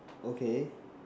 okay